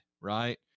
right